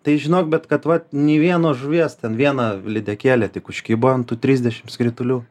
tai žinok bet kad vat nei vienos žuvies ten viena lydekėlė tik užkibo ant tų trisdešim skritulių